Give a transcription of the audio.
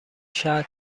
شهر